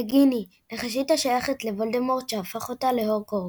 נגיני – נחשית השייכת לוולדמורט שהפך אותה להורוקרוקס.